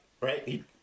right